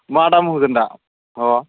मा दाम होगोन दा अ